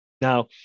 Now